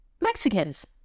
Mexicans